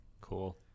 Cool